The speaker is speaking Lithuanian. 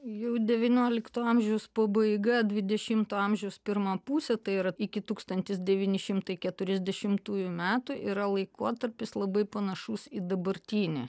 jau devyniolikto amžiaus pabaiga dvidešimto amžiaus pirma pusė tai yra iki tūkstantis devyni šimtai keturiasdešimtųjų metų yra laikotarpis labai panašus į dabartinį